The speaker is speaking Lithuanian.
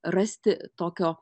rasti tokio